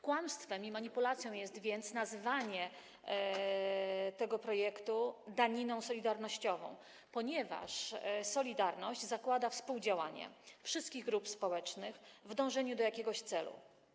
Kłamstwem i manipulacją jest więc nazywanie tego projektu daniną solidarnościową, ponieważ solidarność zakłada współdziałanie wszystkich grup społecznych w dążeniu do jakiegoś celu.